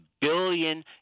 billion